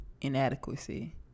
inadequacy